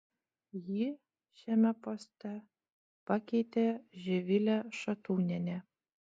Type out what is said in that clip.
jį šiame poste pakeitė živilė šatūnienė